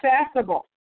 accessible